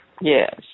Yes